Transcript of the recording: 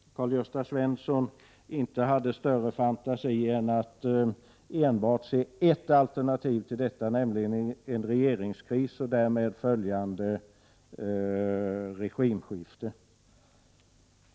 Karl-Gösta Svenson hade inte större fantasi än att enbart se ett alternativ till detta, nämligen en regeringskris och därmed följande regimskifte.